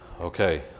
okay